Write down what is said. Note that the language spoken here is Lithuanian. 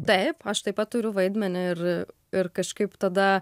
taip aš taip pat turiu vaidmenį ir ir kažkaip tada